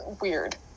weird